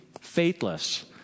faithless